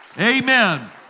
Amen